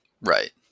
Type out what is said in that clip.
Right